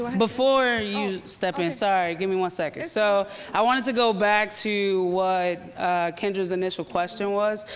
before you step in, sorry, give me one second. so i wanted to go back to what kindra's initial question was.